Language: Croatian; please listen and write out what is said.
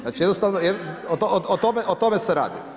Znači jednostavno o tome se radi.